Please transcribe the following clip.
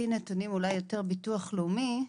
נתונים זה יותר הביטוח הלאומי,